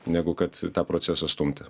negu kad tą procesą stumti